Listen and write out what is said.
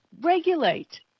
regulate